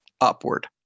upward